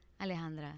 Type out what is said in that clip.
Alejandra